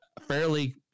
fairly